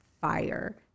fire